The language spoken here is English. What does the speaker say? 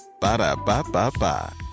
Ba-da-ba-ba-ba